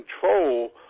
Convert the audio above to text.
control